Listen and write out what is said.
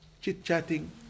Chit-chatting